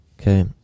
Okay